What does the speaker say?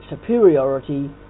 superiority